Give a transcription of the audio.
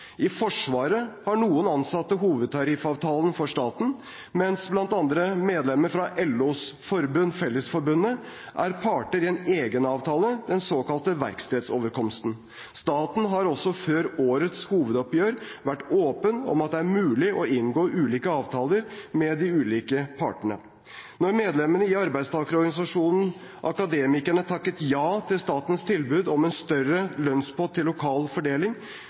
I Forsvaret har noen ansatte hovedtariffavtalen for staten, mens bl.a. medlemmer fra LOs forbund Fellesforbundet er parter i en egen avtale, den såkalte Verkstedsoverenskomsten. Staten har også før årets hovedoppgjør vært åpen om at det er mulig å inngå ulike avtaler med de ulike partene. Når medlemmene i arbeidstakerorganisasjonen Akademikerne takket ja til statens tilbud om en større lønnspott til lokal fordeling,